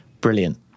Brilliant